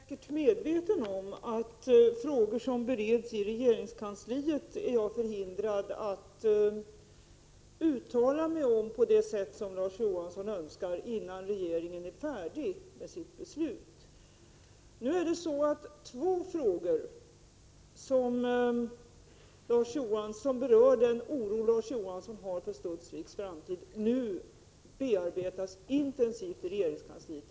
Herr talman! Larz Johansson är säkert medveten om att jag är förhindrad att på det sätt som Larz Johansson önskar uttala mig om frågor som bereds i regeringskansliet, innan regeringen är färdig att fatta beslut. Två av de frågor 45 som Larz Johansson berör när han uttrycker oro för Studsviks framtid bearbetas nu intensivt i regeringskansliet.